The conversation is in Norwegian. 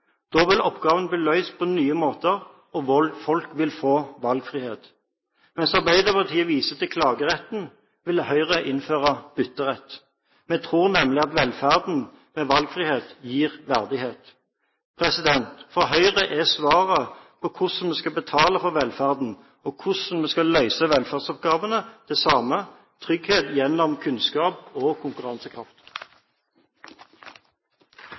Da vil oppgavene bli løst på nye måter, og folk vil få valgfrihet. Mens Arbeiderpartiet viser til klageretten, vil Høyre innføre bytterett. Vi tror nemlig at velferd med valgfrihet gir verdighet. For Høyre er svaret på hvordan vi skal betale for velferden og hvordan vi skal løse velferdsoppgavene det samme: Trygghet gjennom kunnskap og